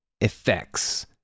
effects